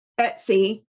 Etsy